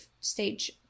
stage